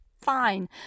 fine